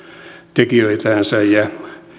tekijöitänsä ja